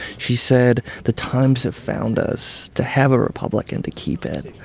she said, the times have found us to have a republic and to keep it,